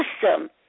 system